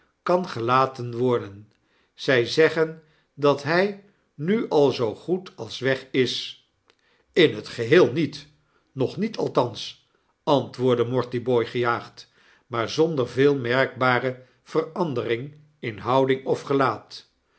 kan gelaten worden zy zeggen dat hij nu al zoogoed als weg is ln het geheel niet nog niet althans antwoordde mortibooi gejaagd maar zonder veel merkbare verandering in houding of gelaat